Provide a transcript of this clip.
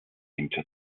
into